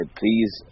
please